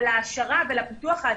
להעשרה ולפיתוח העצמי.